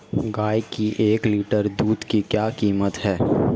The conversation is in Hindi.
गाय के एक लीटर दूध की क्या कीमत है?